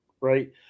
right